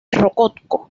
rococó